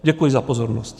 Děkuji za pozornost.